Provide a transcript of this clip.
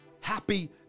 Happy